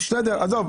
עזוב.